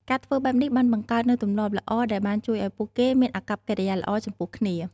ការធ្វើបែបនេះបានបង្កើតនូវទម្លាប់ល្អដែលបានជួយឲ្យពួកគេមានអាកប្បកិរិយាល្អចំពោះគ្នា។